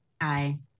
aye